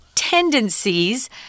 Tendencies